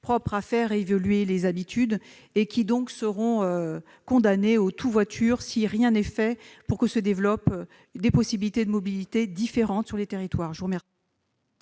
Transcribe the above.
propre à faire évoluer les habitudes seront condamnés au tout-voiture si rien n'est fait pour que s'y développent des possibilités de mobilité différentes. Je mets